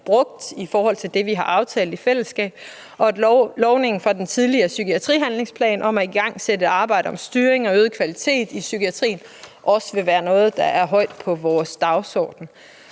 brugt i overensstemmelse med det, vi har aftalt i fællesskab, og at lovningen i den tidligere psykiatrihandlingsplan om at igangsætte et arbejde om styring og øget kvalitet i psykiatrien også vil være noget, der er højt oppe på vores dagsorden.